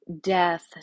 death